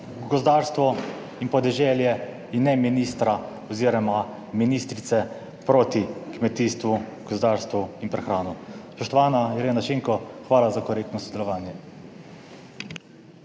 gozdarstvo in podeželje in ne ministra oziroma ministrice proti kmetijstvu, gozdarstvu in prehrano. Spoštovana Irena Šinko, hvala za korektno sodelovanje.